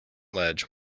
ledge